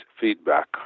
feedback